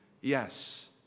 yes